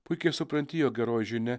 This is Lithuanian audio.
puikiai supranti jog geroji žinia